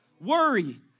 worry